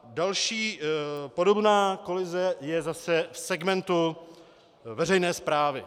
Další podobná kolize je zase v segmentu veřejné správy.